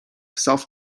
south